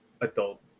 adult